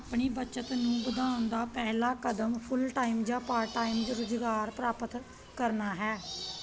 ਆਪਣੀ ਬੱਚਤ ਨੂੰ ਵਧਾਉਣ ਦਾ ਪਹਿਲਾ ਕਦਮ ਫੁੱਲ ਟਾਈਮ ਜਾਂ ਪਾਰਟ ਟਾਈਮ ਰੁਜ਼ਗਾਰ ਪ੍ਰਾਪਤ ਕਰਨਾ ਹੈ